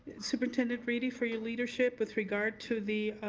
superintendent reedy, for your leadership with regard to the